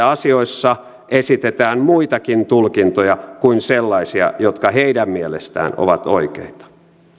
asioissa esitetään muitakin tulkintoja kuin sellaisia jotka heidän mielestään ovat oikeita